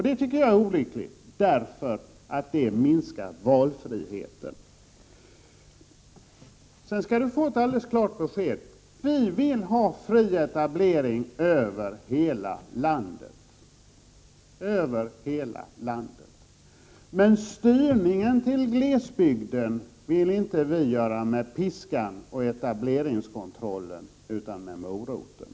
Det är olyckligt, därför att det minskar valfriheten. Men styrningen till glesbygden vill vi inte åstadkomma med piskan och etableringskontrollen utan med moroten.